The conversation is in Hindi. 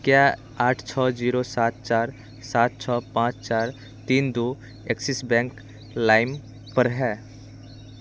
क्या आठ छः जीरो सात चार सात छः पाँच चार तीन दो एक्सिस बैंक लाइम पर है